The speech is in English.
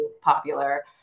Popular